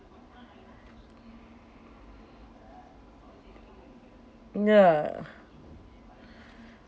mm ya